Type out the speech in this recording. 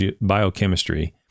Biochemistry